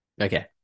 okay